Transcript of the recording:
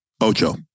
Ocho